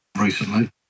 recently